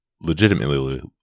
legitimately